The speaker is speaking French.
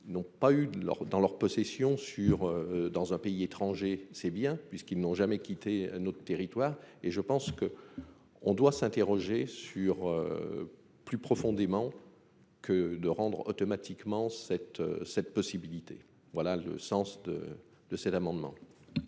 N'ont pas eu leurs dans leurs possession sur dans un pays étranger c'est bien puisqu'ils n'ont jamais quitté notre territoire et je pense que on doit s'interroger sur. Plus profondément, que de rendre automatiquement cette cette possibilité. Voilà le sens de de cet amendement.